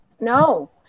no